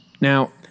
Now